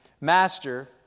Master